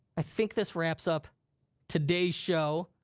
i think this wraps up today's show.